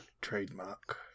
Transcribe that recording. Trademark